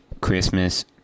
Christmas